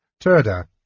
Turda